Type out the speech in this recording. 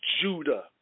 Judah